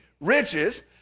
riches